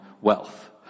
wealth